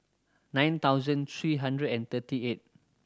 nine thousand three hundred and thirty eight